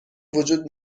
وجود